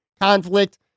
conflict